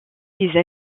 des